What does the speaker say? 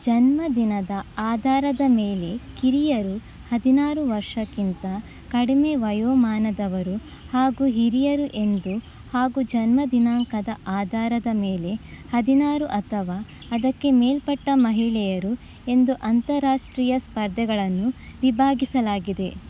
ಜನ್ಮದಿನದ ಆಧಾರದ ಮೇಲೆ ಕಿರಿಯರು ಹದಿನಾರು ವರ್ಷಕ್ಕಿಂತ ಕಡಿಮೆ ವಯೋಮಾನದವರು ಹಾಗು ಹಿರಿಯರು ಎಂದು ಹಾಗೂ ಜನ್ಮ ದಿನಾಂಕದ ಆಧಾರದ ಮೇಲೆ ಹದಿನಾರು ಅಥವ ಅದಕ್ಕೆ ಮೇಲ್ಪಟ್ಟ ಮಹಿಳೆಯರು ಎಂದು ಅಂತಾರಾಷ್ಟ್ರೀಯ ಸ್ಪರ್ಧೆಗಳನ್ನು ವಿಭಾಗಿಸಲಾಗಿದೆ